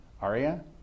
Aria